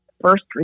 first